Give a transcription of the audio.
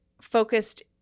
focused